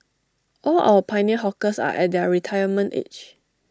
all our pioneer hawkers are at their retirement age